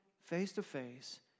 face-to-face